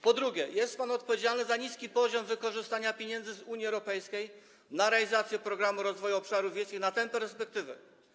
Po drugie, jest pan odpowiedzialny za niski poziom wykorzystania pieniędzy z Unii Europejskiej na realizację Programu Rozwoju Obszarów Wiejskich w tej perspektywie.